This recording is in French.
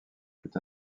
fut